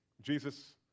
Jesus